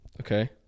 Okay